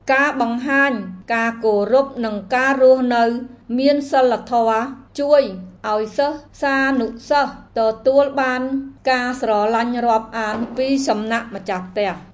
ការបង្ហាញការគោរពនិងការរស់នៅមានសីលធម៌ជួយឱ្យសិស្សានុសិស្សទទួលបានការស្រឡាញ់រាប់អានពីសំណាក់ម្ចាស់ផ្ទះ។